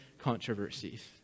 controversies